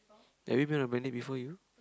have you been on blind date before you